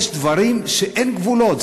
יש דברים שאין להם גבולות,